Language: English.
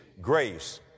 grace